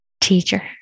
teacher